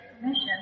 commission